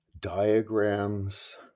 diagrams